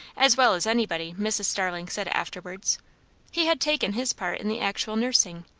as well as anybody, mrs. starling said afterwards he had taken his part in the actual nursing,